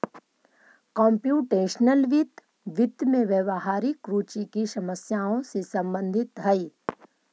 computational वित्त, वित्त में व्यावहारिक रुचि की समस्याओं से संबंधित हई